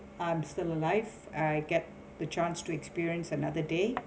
I'm still alive I get the chance to experience another day